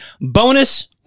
bonus